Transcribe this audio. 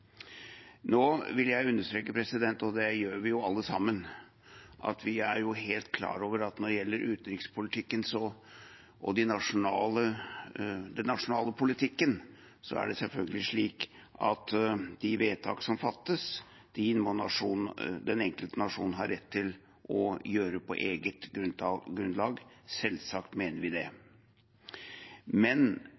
Nå vil jeg understreke, og det gjør vi jo alle sammen, at vi er helt klar over at når det gjelder utenrikspolitikken og den nasjonale politikken, er det selvfølgelig slik at de vedtakene som fattes i en nasjon, må den enkelte nasjonen ha rett til å gjøre på eget grunnlag. Selvsagt mener vi det.